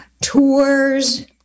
tours